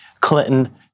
Clinton